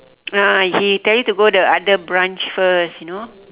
ah he tell you to go the other branch first you know